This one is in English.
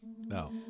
No